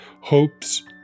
hopes